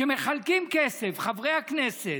מחלקים כסף, חברי הכנסת.